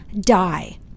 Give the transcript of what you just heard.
die